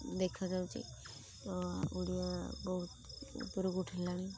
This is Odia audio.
ଦେଖାଯାଉଛି ତ ଓଡ଼ିଆ ବହୁତ ଉପରକୁ ଉଠିଲାଣି